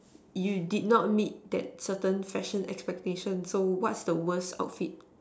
you did not meet that certain fashion expectation so what's the worst outfit